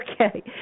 Okay